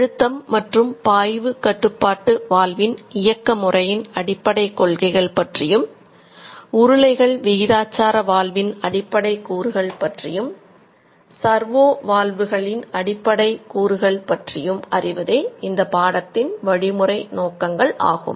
அழுத்தம் மற்றும் பாய்வு கட்டுப்பாட்டு வால்வின் இயக்க முறையின் அடிப்படை கொள்கைகள் பற்றியும் உருளைகள் விகிதாச்சார வால்வின் அடிப்படை கூறுகள் பற்றியும் சர்வோ வால்வுகளின் அடிப்படை கூறுகள் பற்றியும் அறிவதே இந்த பாடத்தின் வழிமுறை நோக்கங்கள் ஆகும்